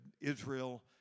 Israel